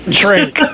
drink